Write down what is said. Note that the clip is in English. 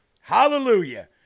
Hallelujah